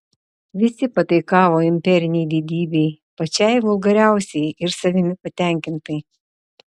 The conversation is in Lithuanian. visi pataikavo imperinei didybei pačiai vulgariausiai ir savimi patenkintai